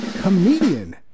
comedian